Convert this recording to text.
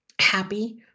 happy